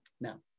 Now